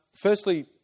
Firstly